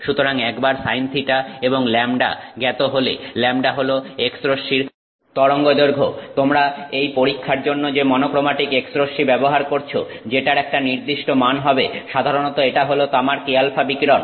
সুতরাং একবার sinθ এবং λ জ্ঞাত হলে λ হল X রশ্মির তরঙ্গদৈর্ঘ্য তোমরা এই পরীক্ষার জন্য যে মনোক্রোমাটিক X রশ্মি ব্যবহার করছ যেটার একটা নির্দিষ্ট মান হবে সাধারণত এটা হল তামার k আলফা বিকিরণ